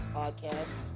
podcast